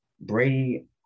Brady